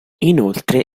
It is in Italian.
inoltre